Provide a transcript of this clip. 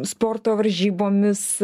sporto varžybomis